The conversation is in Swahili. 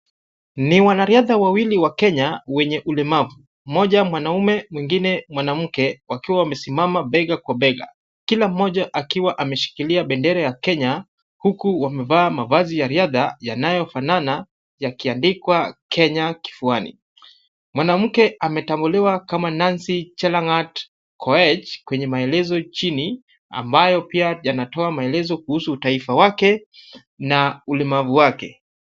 Ni wanariadha wawili wakenya wenye ulemavu, moja mwanaume mwengine mwanamke wakiwa wamesimama bega kwa bega kila mmoja akiwa ameshikilia bendera ya Kenya huku wamevaa mavazi ya riadha yanayofanana yakiandikwa Kenya kifuani. Mwanamke ametambuliwa kama Nancy Chelangat Koech kwenye maelezo chini ambayo pia yanatoa maelezo kuhusu utaifa wake na ulemavu wake.